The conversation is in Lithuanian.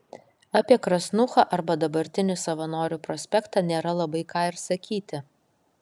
apie krasnūchą arba dabartinį savanorių prospektą nėra labai ką ir sakyti